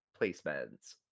placements